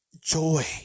joy